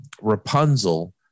Rapunzel